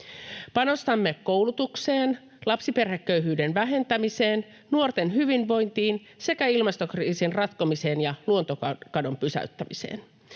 Panostamme koulutukseen, lapsiperheköyhyyden vähentämiseen, nuorten hyvinvointiin sekä ilmastokriisin ratkomiseen ja luontokadon pysäyttämiseen.